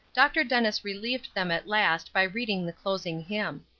dr. dennis relieved them at last by reading the closing hymn.